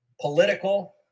political